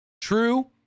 True